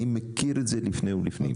אני מכיר את זה לפני ולפנים.